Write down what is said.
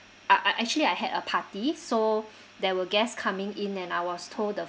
uh I actually I had a party so there were guest coming in and I was told the